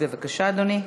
בבקשה, אדוני.